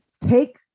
Take